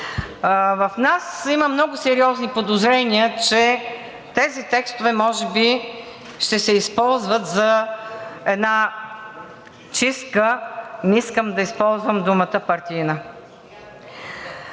в нас има много сериозни подозрения, че тези текстове може би ще се използват за една чистка, не искам да използвам думата „партийна“.